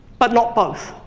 but not both.